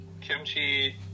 kimchi